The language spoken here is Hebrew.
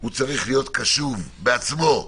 הוא צריך להיות קשוב לתוכנית בעצמו,